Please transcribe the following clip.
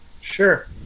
Sure